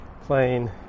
plane